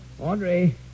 Audrey